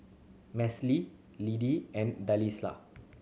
Meslee Lidie and Delisla